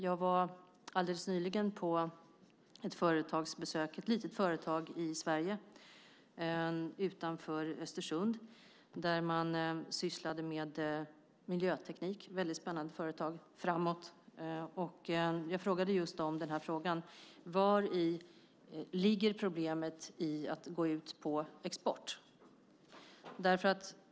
Jag var alldeles nyligen på ett företagsbesök. Det var ett litet företag i Sverige, utanför Östersund, där man sysslade med miljöteknik. Det var ett väldigt spännande företag. Jag ställde just den här frågan till dem: Vari ligger problemet i att gå ut på export?